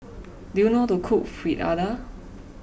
do you know to cook Fritada